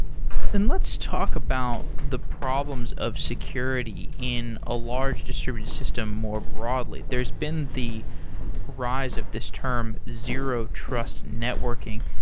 and let's talk about the problems of security in a large distributed system more broadly. there's been the rise of this term zero-trust networking.